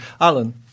Alan